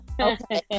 Okay